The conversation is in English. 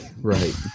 Right